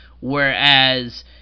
whereas